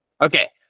Okay